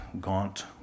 gaunt